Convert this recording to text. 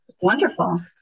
wonderful